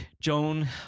Joan